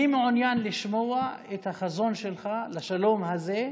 אני מעוניין לשמוע את החזון שלך לשלום הזה.